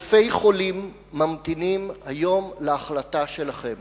אלפי חולים ממתינים היום להחלטה שלכם.